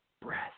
breath